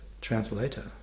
translator